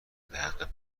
بحق